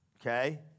Okay